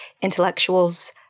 intellectuals